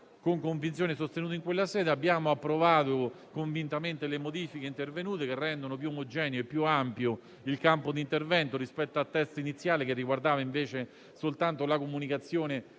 in Commissione affari costituzionali, approvando convintamente le modifiche intervenute. Queste rendono più omogeneo e più ampio il campo di intervento rispetto al testo iniziale, che riguardava invece soltanto la comunicazione,